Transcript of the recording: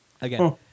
Again